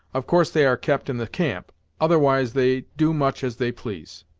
of course they are kept in the camp otherwise they do much as they please.